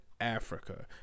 Africa